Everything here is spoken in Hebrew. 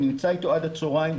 נמצא איתו עד הצהריים,